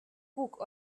күк